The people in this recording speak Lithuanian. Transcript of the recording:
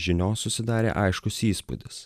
žinios susidarė aiškus įspūdis